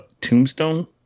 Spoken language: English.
Tombstone